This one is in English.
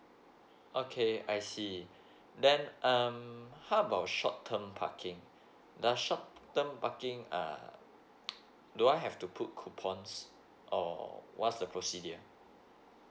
okay I see then um how about short term parking does short term parking uh do I have to put coupons or what's the procedures